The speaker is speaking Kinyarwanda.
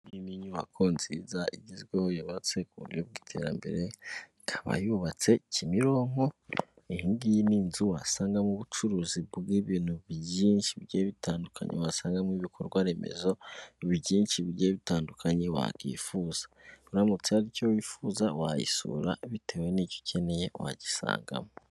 Inyubako nziza igezweho yubatse ku buryo bw'iterambere, ikaba yubatse Kimironko. Iyi ngiyi ni inzu wasangamo ubucuruzi bw'ibintu byinshi bigiye bitandukanye, wasangamo ibikorwa remezo byinshi bigiye bitandukanye wakwifuza uramutse hari icyo wifuza wayisura bitewe n'icyo ukeneye wagisangamo.